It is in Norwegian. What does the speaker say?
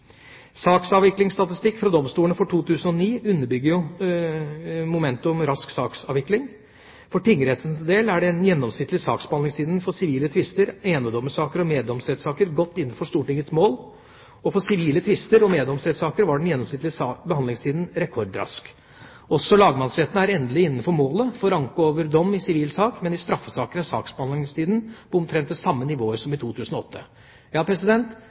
Saksavviklingsstatistikk fra domstolene i 2009 underbygger momentet om rask saksavvikling. For tingrettenes del er den gjennomsnittlige saksbehandlingstiden for sivile tvister, enedommersaker og meddomsrettssaker godt innenfor Stortingets mål. For sivile tvister og meddomsrettssaker var den gjennomsnittlige behandlingstida rekordrask. Også lagmannsretten er endelig innenfor målet for anke over dom i sivil sak, men i straffesaker er saksbehandlingstida omtrent på samme nivå som i 2008.